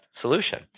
solution